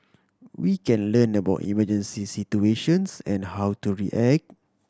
we can learn about emergency situations and how to react